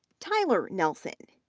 tyler nelson,